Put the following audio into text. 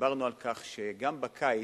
ודיברנו על כך שגם בקיץ,